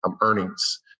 earnings